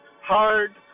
hard